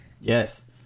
Yes